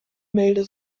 milde